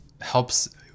helps